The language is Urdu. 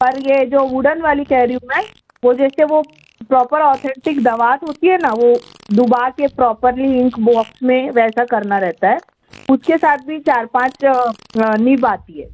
اور یہ جو ووڈن والی کہہ رہی ہوں میں وہ جیسے وہ پراپر اتھینٹک دوات ہوتی ہے نا وہ ڈُبا کے پراپرلی انک باکس میں ویسا کرنا رہتا ہے اُس کے ساتھ بھی چار پانچ نیب آتی ہے